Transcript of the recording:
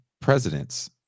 presidents